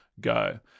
go